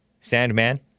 Sandman